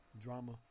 drama